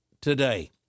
today